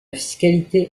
fiscalité